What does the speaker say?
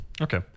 Okay